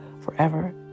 forever